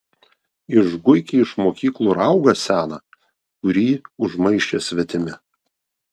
išguiki iš mokyklų raugą seną kurį užmaišė svetimi